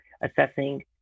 assessing